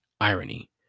Irony